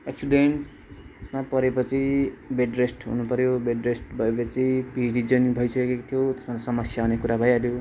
एक्सिडेन्टमा परे पछि bed rest हुनुपऱ्यो बेड रेस्टमा भयो पछि पिएचडी जोइन भइसकेको थियो त्यसमा समस्या आउने कुरा भइहाल्यो